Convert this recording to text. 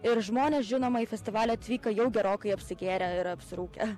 ir žmonės žinoma į festivalį atvyko jau gerokai apsigėrę ir apsirūkę